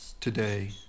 today